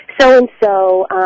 so-and-so